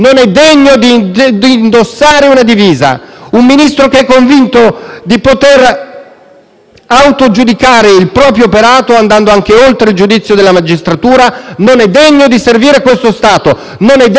autogiudicare il proprio operato, andando anche oltre il giudizio della magistratura, non è degno di servire questo Stato. Non è degno di sedere su questi banchi e infatti oggi non è qui ad ascoltare questo dibattito che lo riguarda.